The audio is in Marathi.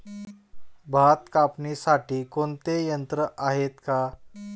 भात कापणीसाठी कोणते यंत्र आहेत का?